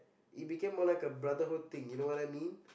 it became more like a brotherhood thing you know what I mean